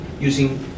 using